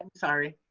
um sorry.